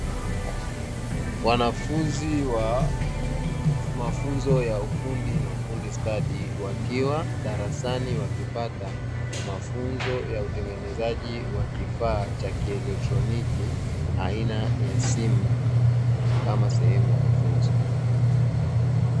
Wanafunzi wa mafunzo ya ufundi stadi wakiwa darasani, wakipata mafunzo ya utengenezaji wa kifaa cha kieletroniki aina ya simu kama sehemu ya mafunzo.